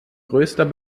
größter